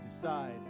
decide